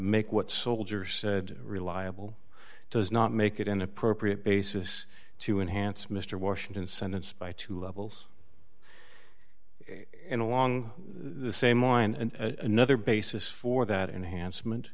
make what soldiers reliable does not make it an appropriate basis to enhance mr washington sentence by two levels and along the same line and another basis for that enhancement